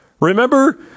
Remember